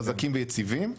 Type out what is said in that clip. חזקים ויציבים,